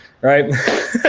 right